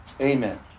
amen